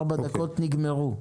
ארבע הדקות נגמרו.